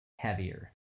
heavier